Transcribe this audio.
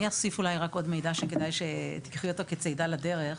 אוסיף מידע שכדאי שתיקחי אותו כצידה לדרך.